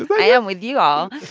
i am with you all